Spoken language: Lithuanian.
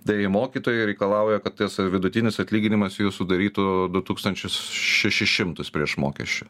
tai mokytojai reikalauja kad tas vidutinis atlyginimas jų sudarytų du tūkstančius šešis šimtus prieš mokesčių